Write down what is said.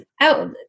out